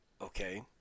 okay